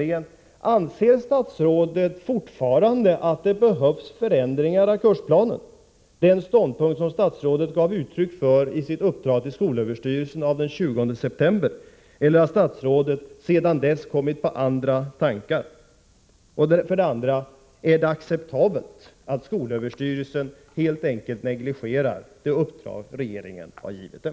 För det första: Anser statsrådet fortfarande att det behövs förändringar av kursplanen — det var den ståndpunkt som statsrådet gav uttryck för i sitt uppdrag till skolöversty — Nr 37 relsen den 20 september — eller har statsrådet sedan dess kommit på andra Tisdagen den tankar? För det andra: Ar det acceptabelt att skolöverstyrelsen helt enkelt 27 november 1984 negligerar det uppdrag regeringen har givit den?